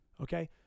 okay